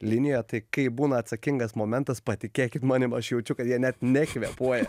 linijoje tai kai būna atsakingas momentas patikėkit manim aš jaučiu kad jie net nekvėpuoja